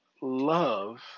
love